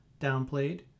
downplayed